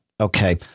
Okay